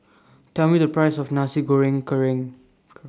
Tell Me The Price of Nasi Goreng Kerang